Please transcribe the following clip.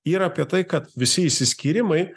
yra apie tai kad visi išsiskyrimai